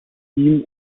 ihm